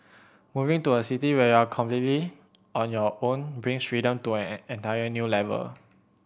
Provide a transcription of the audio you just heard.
moving to a city where you're completely on your own brings freedom to an entire new level